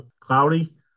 cloudy